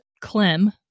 Clem